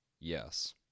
yes